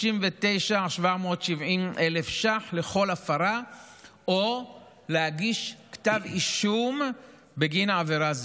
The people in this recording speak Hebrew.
39,770 ש"ח על כל הפרה או להגיש כתב אישום בגין עבירה זו.